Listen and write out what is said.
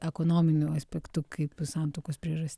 ekonominiu aspektu kaip santuokos priežastį